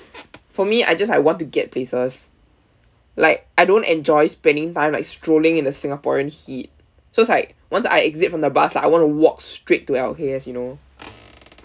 for me I just like want to get places like I don't enjoy spending time like strolling in the singaporean heat so it's like once I exit from the bus like I want to walk straight to L_K_S you know